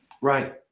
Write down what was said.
Right